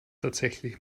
tatsächlich